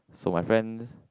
so my friend